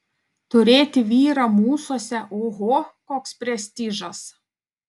turėti vyrą mūsuose oho koks prestižas